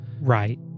Right